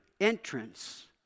entrance